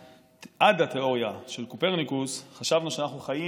עד התיאוריה של קופרניקוס חשבנו שאנחנו חיים